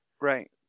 Right